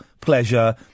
pleasure